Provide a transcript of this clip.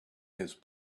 his